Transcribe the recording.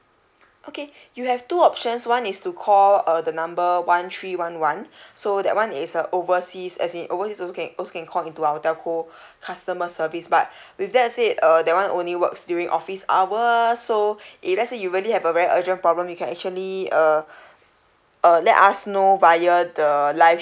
okay you have two options one is to call uh the number one three one one so that one is uh overseas as in overseas also can also can call into our telco customer service but with that said uh that one only works during office hours so if let's say you really have a very urgent problem we can actually uh uh let us know via the live